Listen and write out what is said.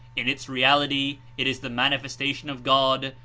in its reality, it is the manifestation of god,